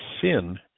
sin